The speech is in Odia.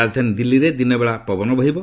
ରାଜଧାନୀ ଦିଲ୍ଲୀରେ ଦିନବେଳା ପବନ ବହିବ